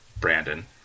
Brandon